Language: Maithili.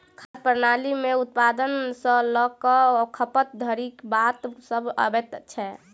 खाद्य प्रणाली मे उत्पादन सॅ ल क खपत धरिक बात सभ अबैत छै